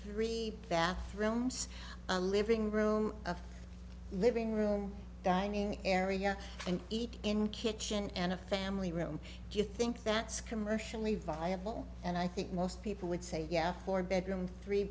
three bathrooms a living room a living room dining area and eat in kitchen and a family room do you think that's commercially viable and i think most people would say yeah four bedroom three